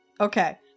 Okay